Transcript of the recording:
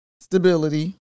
Stability